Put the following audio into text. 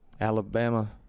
alabama